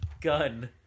gun